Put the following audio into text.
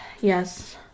Yes